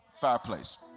fireplace